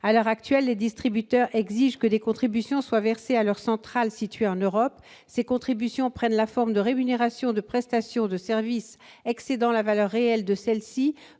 À l'heure actuelle, les distributeurs exigent que des contributions soient versées à leurs centrales situées en Europe. Ces contributions prennent la forme de rémunérations de prestations de services excédant la valeur réelle de ces